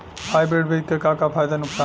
Hybrid बीज क का फायदा नुकसान ह?